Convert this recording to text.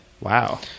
Wow